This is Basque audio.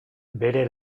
bere